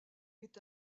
est